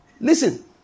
Listen